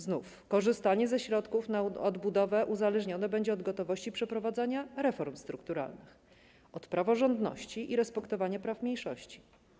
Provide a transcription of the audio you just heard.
Znów, korzystanie ze środków na odbudowę będzie uzależnione od gotowości do przeprowadzania reform strukturalnych, od praworządności i respektowania praw mniejszości.